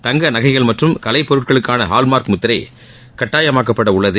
தங்க நகைகள் மற்றும் கலை பொருட்களுக்கான ஹால்மார்க் முத்திரை கட்டாயமாக்கப்பட உள்ளது